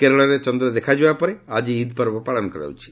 କେରଳରେ ଚନ୍ଦ୍ର ଦେଖାଯିବା ପରେ ଆଜି ଇଦ୍ ପର୍ବ ପାଳନ କରାଯାଉଛି